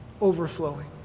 overflowing